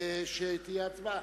תהיה הצבעה.